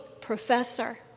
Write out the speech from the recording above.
professor